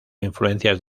influencias